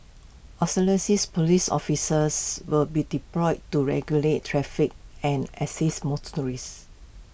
Police officers will be deployed to regulate traffic and assist